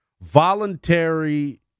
voluntary